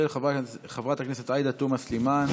של חברת הכנסת עאידה תומא סלימאן,